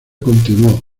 continuó